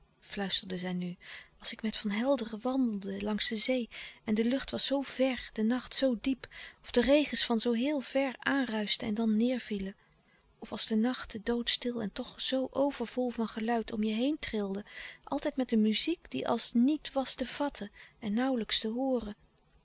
fluisterde zij nu als ik met van helderen wandelde langs de zee en de lucht was zoo ver de nacht zoo diep of de regens van zoo heel ver aanruischten en dan neêrvielen of als de nachten doodstil en toch zoo overvol van geluid om je heen trilden altijd met een muziek die als niet was te vatten en nauwlijks te hooren